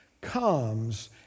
comes